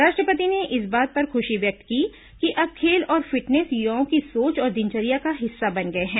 राष्ट्र पति ने इस बात पर खुशी व्यक्त की कि अब खेल और फिटनेस युवाओं की सोच और दिनचर्या का हिस्सा बन गये हैं